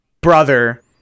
brother